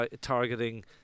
targeting